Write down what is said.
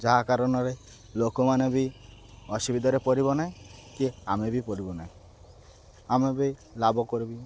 ଯାହା କାରଣରେ ଲୋକମାନେ ବି ଅସୁବିଧାରେ ପଡ଼ିବେ ନାହିଁ କି ଆମେ ବି ପଡ଼ିବୁ ନାହିଁ ଆମେ ବି ଲାଭ କରିବି